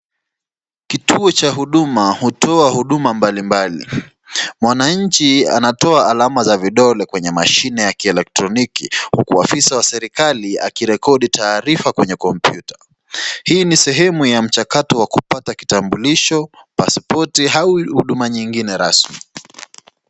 Kituo cha huduma hutoa huduma mbalimbali, mwanchi anatoa alama za vidole kwenye mashine ya ki elektroniki huku afisa wa serikali akirekodi taarifa kwenye kompyuta . Hii ni sehemu ya mchakato wa kupata kitambulisho, passporti au huduma nyingine rasmi.